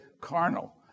carnal